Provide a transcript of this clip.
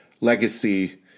legacy